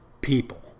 people